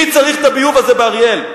מי צריך את הביוב הזה באריאל?